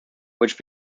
which